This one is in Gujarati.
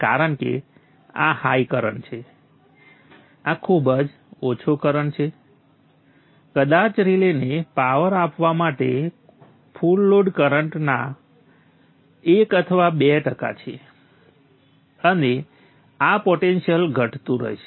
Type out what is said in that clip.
કારણ કે આ હાઇ કરંટ છે આ ખૂબ જ ઓછો કરંટ છે કદાચ રિલેને પાવર આપવા માટે કુલ લોડ કરંટના 1 અથવા 2 ટકા છે અને આ પોટેંશિયલ ધટતું રહેશે